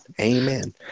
amen